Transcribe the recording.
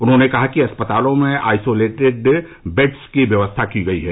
उन्होंने कहा कि अस्पतालों में आइसोलेटेड बेड्स की व्यवस्था की गई है